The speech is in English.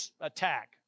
attack